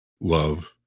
love